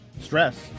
stress